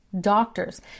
doctors